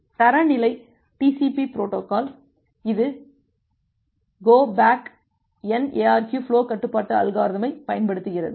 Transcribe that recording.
தரநிலை TCP protocol இது go back N ARQஎன் எஆர்கியு ஃபுலோ கட்டுப்பாடு அல்காரிதமை பயன்படுத்துகிறது